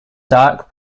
dark